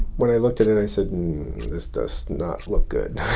when i looked at it, i said this does not look good.